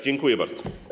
Dziękuję bardzo.